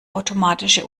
automatische